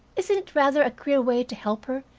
isn't it rather a queer way to help her,